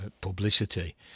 publicity